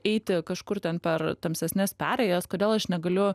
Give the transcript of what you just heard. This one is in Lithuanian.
eiti kažkur ten per tamsesnes perėjas kodėl aš negaliu